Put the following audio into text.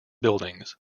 buildings